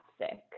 sick